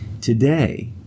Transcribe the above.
Today